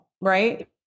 right